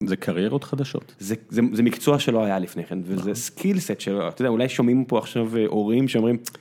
זה קריירות חדשות, זה זה מקצוע שלא היה לפני כן וזה סקיל סט ש... אתה יודע אולי שומעים פה עכשיו הורים שאומרים.